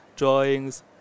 drawings